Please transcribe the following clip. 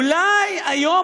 אולי היום,